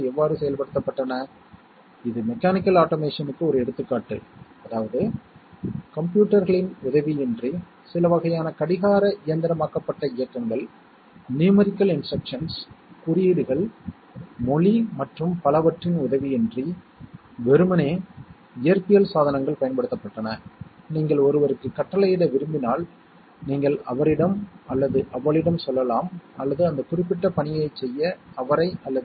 அவ்வளவுதான் நான் A மற்றும் B ஐக் கொண்டு வருகிறேன் நான் அவற்றைப் பிரித்து ஒரு ஜோடி A மற்றும் B ஐ AND கேட்டிற்கு அனுப்பினேன் இந்த AND கேட்டின் விளைவாக நாம் கேரியை அடைகிறோம் மேலும் நமக்கு ஒரு XOR கேட் உள்ளது